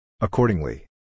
Accordingly